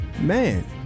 man